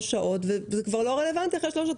שעות וזה כבר לא רלוונטי אחרי שלוש שעות.